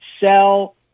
sell